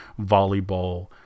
volleyball